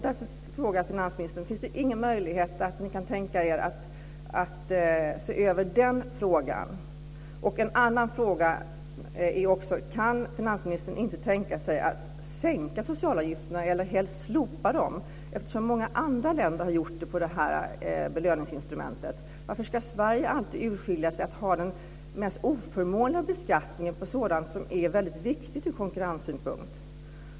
Därför frågar jag finansministern: Finns det ingen möjlighet att ni kan tänka er att se över denna fråga? En annan fråga är: Kan finansministern inte tänka sig att sänka socialavgifterna eller helst slopa dem, eftersom många andra länder har sänkt dem på det här belöningsinstrumentet? Varför ska Sverige alltid urskilja sig med att ha den mest oförmånliga beskattningen på sådant som är väldigt viktigt ur konkurrenssynpunkt?